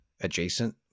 adjacent